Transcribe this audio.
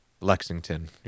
Lexington